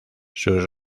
sus